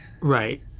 Right